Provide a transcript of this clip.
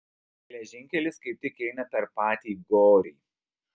geležinkelis kaip tik eina per patį gorį